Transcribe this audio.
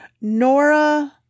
Nora